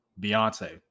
beyonce